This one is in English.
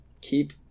keep